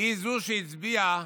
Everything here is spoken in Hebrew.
היא שהצביעה